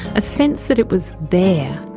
a sense that it was there.